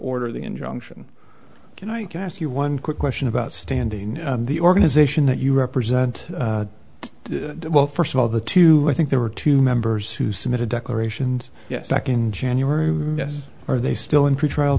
order the injunction and i can ask you one quick question about standing the organization that you represent well first of all the two i think there were two members who submitted declarations yes back in january yes are they still in pretrial